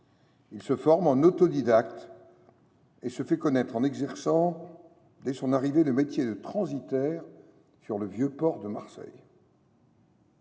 Il se forme en autodidacte et se fait connaître en exerçant le métier de transitaire sur le Vieux Port de Marseille.